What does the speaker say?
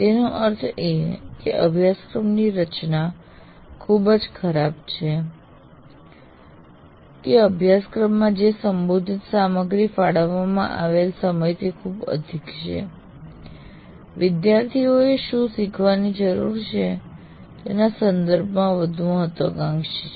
તેનો અર્થ એ કે અભ્યાસક્રમની રચના ખૂબ જ ખરાબ છે કે અભ્યાસક્રમમાં જે સંબોધિત સામગ્રી ફાળવવામાં આવેલ સમયથી ખૂબ અધિક છે વિદ્યાર્થીઓએ શું શીખવાની જરૂર છે તેના સંદર્ભમાં વધુ મહત્વાકાંક્ષી છે